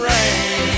Rain